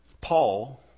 Paul